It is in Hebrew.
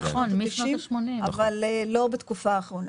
אבל לא בתקופה האחרונה.